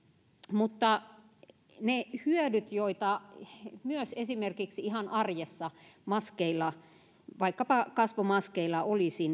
mutta ne hyödyt joita myös esimerkiksi ihan arjessa vaikkapa kasvomaskeilla olisi